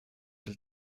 der